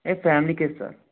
ఏ ఫ్యామిలీకే సార్